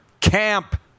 camp